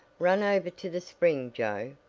run over to the spring joe,